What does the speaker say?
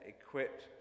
equipped